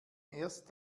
erst